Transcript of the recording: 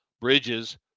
Bridges